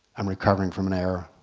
i'm recovering from an error